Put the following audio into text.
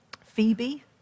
Phoebe